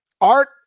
art